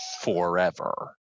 forever